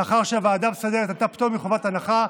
לאחר שהוועדה המסדרת נתנה לה פטור מחובת הנחה,